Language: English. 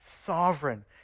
sovereign